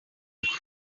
ubwa